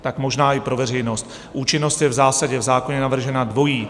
Tak možná i pro veřejnost: účinnost je v zásadě v zákoně navržena dvojí.